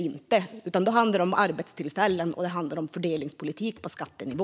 I stället handlar det om arbetstillfällen och fördelningspolitik på skattenivå.